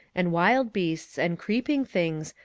and wild beasts, and creeping things,